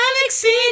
galaxy